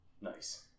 Nice